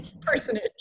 personage